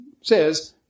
says